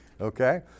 Okay